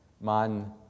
man